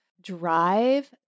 drive